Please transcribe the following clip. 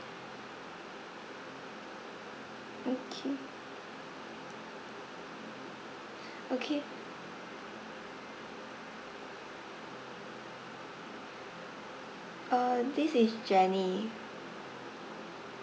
okay okay uh this is jenny